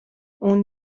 اون